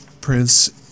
Prince